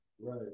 Right